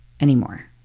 anymore